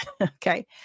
Okay